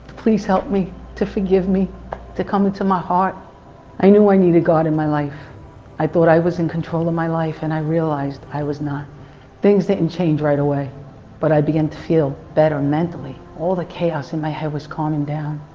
please help me to forgive me to come into my heart i knew i needed god in my life i thought i was in control of my life and i realized i was not things didn't change right, away but i began to feel better mentally all the chaos in my, head, was calming down